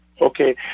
Okay